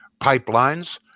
pipelines